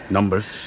Numbers